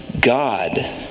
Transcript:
God